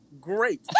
great